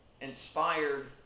inspired